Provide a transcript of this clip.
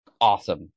awesome